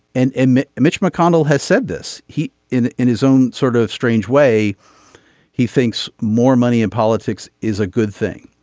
and and mitch mitch mcconnell has said this. he in in his own sort of strange way he thinks more money in politics is a good thing.